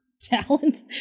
talent